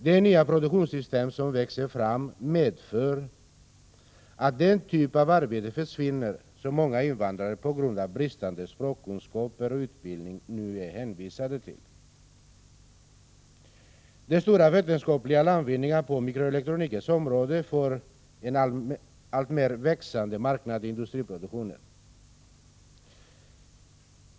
De nya produktionssystem som växer fram medför att den typ av arbete försvinner som många invandrare på grund av bristande språkkunskaper och utbildning nu är hänvisade till. De stora vetenskapliga landvinningarna på mikroelektronikens område får en alltmer växande marknad i industriproduktionen.